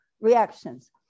reactions